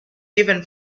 given